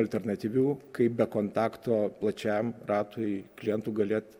alternatyvių kaip be kontakto plačiam ratui klientų galėt